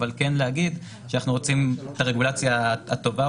אבל כן להגיד שאנחנו רוצים את הרגולציה הטובה